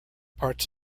parts